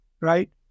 right